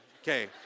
okay